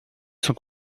sont